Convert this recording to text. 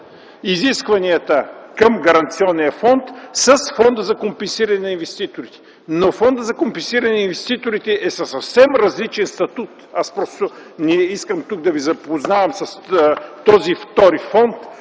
изискванията към Гаранционния фонд с Фонда за компенсиране на инвеститорите. Но Фондът за компенсиране на инвеститорите е със съвсем различен статут. Не искам тук да ви запознавам с този втори фонд.